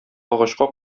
агачка